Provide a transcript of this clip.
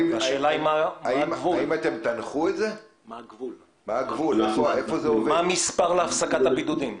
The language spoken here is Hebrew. השאלה היא מה הגבול, מהו המספר להפסקת הבידודים.